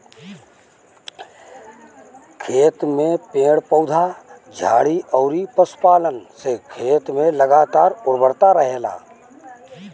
खेत में पेड़ पौधा, झाड़ी अउरी पशुपालन से खेत में लगातार उर्वरता रहेला